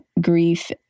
grief